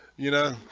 you know